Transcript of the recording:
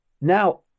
Now